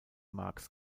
marx